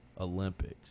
Olympics